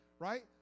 Right